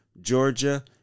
Georgia